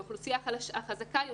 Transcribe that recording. עם האוכלוסייה החזקה יותר,